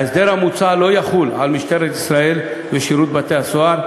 ההסדר המוצע לא יחול על משטרת ישראל ושירות בתי-הסוהר,